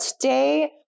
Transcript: today